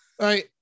right